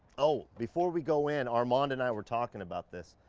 oh, before we go in armand and i were talking about this.